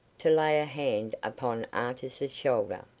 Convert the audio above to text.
to lay her hand upon artis's shoulder.